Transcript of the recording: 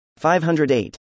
508